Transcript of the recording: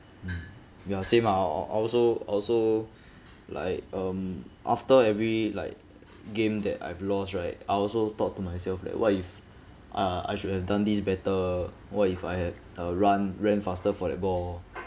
mm ya same ah I I I also I also like um after every like game that I've lost right I also talk to myself like what if uh I should have done this better what if I had uh run ran faster for that ball